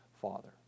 father